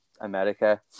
America